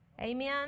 Amen